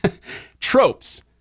tropes